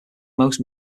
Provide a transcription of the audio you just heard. most